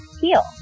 heal